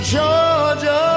Georgia